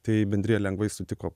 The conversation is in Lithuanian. tai bendrija lengvai sutiko